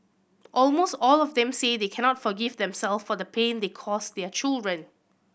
almost all of them say they cannot forgive them self for the pain they cause their children